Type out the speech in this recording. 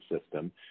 system